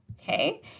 okay